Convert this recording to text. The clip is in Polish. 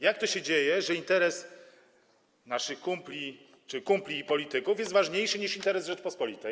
Jak to się dzieje, że interes naszych kumpli czy kumpli polityków jest ważniejszych niż interes Rzeczypospolitej?